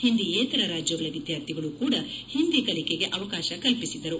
ಹಿಂದಿಯೇತರ ರಾಜ್ಗಳ ವಿದ್ಯಾರ್ಥಿಗಳೂ ಕೂಡಾ ಹಿಂದಿ ಕಲಿಕೆಗೆ ಅವಕಾಶ ಕಲ್ಪಿಸಿದ್ದರು